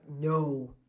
No